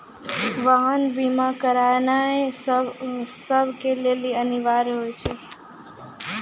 वाहन बीमा करानाय सभ के लेली अनिवार्य होय छै